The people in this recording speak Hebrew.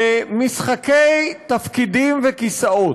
במשחקי תפקידים וכיסאות.